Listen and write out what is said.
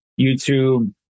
youtube